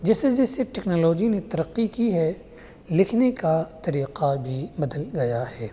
جیسے جیسے ٹیکنالوجی نے ترقی کی ہے لکھنے کا طریقہ بھی بدل گیا ہے